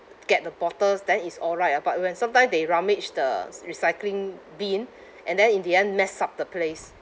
get the bottles then is all right ah but when sometime they rummage the s~ recycling bin and then in the end mess up the place